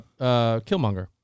Killmonger